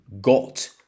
got